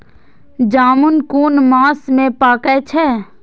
जामून कुन मास में पाके छै?